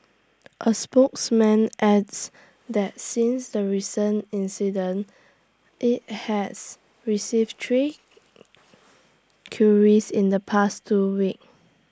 A spokesman adds that since the recent incidents IT has received three queries in the past two weeks